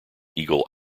eagle